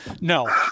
No